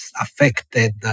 affected